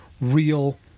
real